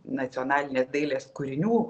nacionalinės dailės kūrinių